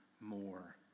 more